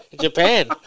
Japan